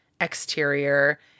exterior